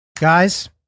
Guys